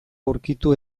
aurkitu